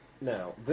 Now